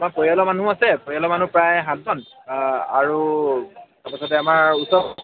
আমাৰ পৰিয়ালৰ মানুহো আছে পৰিয়ালৰ মানুহ প্ৰায় সাতজন আৰু তাৰপিছতে আমাৰ ওচৰ